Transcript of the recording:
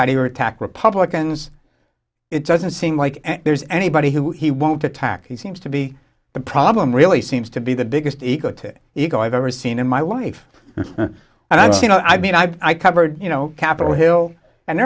you attack republicans it doesn't seem like there's anybody who he won't attack he seems to be the problem really seems to be the biggest ego to ego i've ever seen in my life and i think you know i mean i covered you know capitol hill and